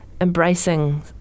embracing